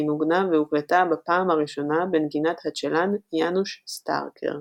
והיא נוגנה והוקלטה בפעם הראשונה בנגינת הצ׳לן יאנוש סטארקר.